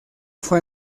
fue